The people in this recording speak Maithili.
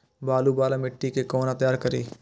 बालू वाला मिट्टी के कोना तैयार करी?